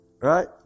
Right